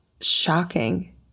shocking